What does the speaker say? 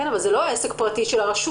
כן, אבל זה לא עסק פרטי של הרשות.